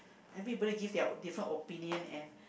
maybe everybody give their different opinion and